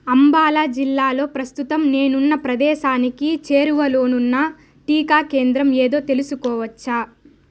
అంబాలా జిల్లాలో ప్రస్తుతం నేనున్న ప్రదేశానికి చేరువలోనున్న టీకా కేంద్రం ఏదో తెలుసుకోవచ్చా